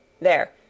There